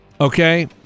okay